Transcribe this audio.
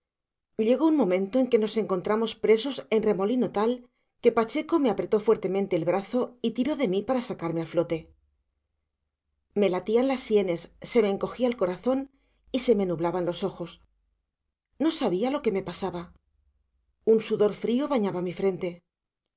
llegó un momento en que nos encontramos presos en remolino tal que pacheco me apretó fuertemente el brazo y tiró de mí para sacarme a flote me latían las sienes se me encogía el corazón y se me nublaban los ojos no sabía lo que me pasaba un sudor frío bañaba mi frente